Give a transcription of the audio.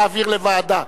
להעביר לוועדה.